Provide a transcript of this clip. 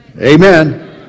Amen